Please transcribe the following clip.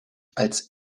als